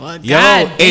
Yo